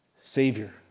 Savior